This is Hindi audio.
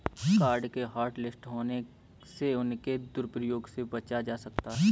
कार्ड के हॉटलिस्ट होने से उसके दुरूप्रयोग से बचा जा सकता है